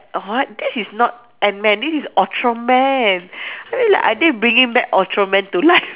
a what that is not ant man this is ultraman are they bringing back ultraman to life